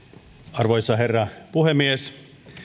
arvoisa herra puhemies